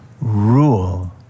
rule